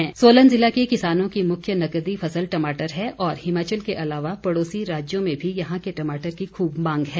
टमाटर सोलन जिला के किसानों की मुख्य नकदी फसल टमाटर है और हिमाचल के अलावा पड़ौसी राज्यों में भी यहां के टमाटर की खूब मांग है